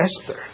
Esther